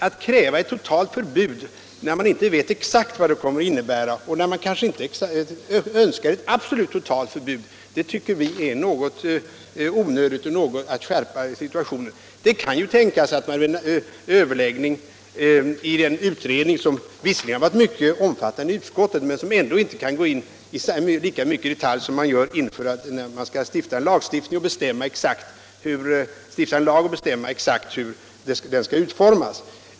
Att kräva ett totalt förbud när man inte vet vad det exakt kommer att innebära — och kanske inte heller önskar ett absolut förbud — tycker vi är onödigt. Det innebär att man skärper situationen. Visserligen har frågan utretts inom utskottet, men en sådan utredning kan ändå inte gå så in i detalj som den utredning man gör innan man stiftar en lag och bestämmer exakt hur den skall utformas.